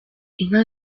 inka